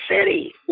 city